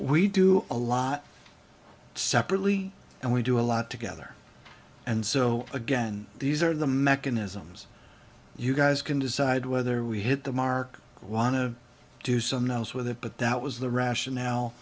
we do a lot separately and we do a lot together and so again these are the mechanisms you guys can decide whether we hit the mark want to do some nose with it but that was the rationale